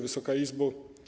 Wysoka Izbo!